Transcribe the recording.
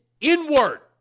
inward